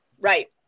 Right